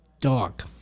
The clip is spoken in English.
Dog